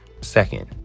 Second